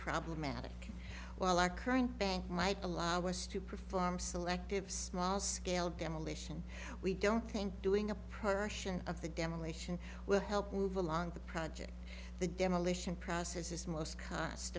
problematic while our current bank might allow us to perform selective small scale demolition we don't think doing a persian at the demolition will help move along the project the demolition process is most cost